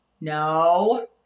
No